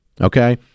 Okay